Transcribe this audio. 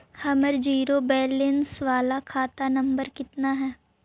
हमर zero balance बाला खाता नम्बर कितना है?